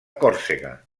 còrsega